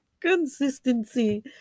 Consistency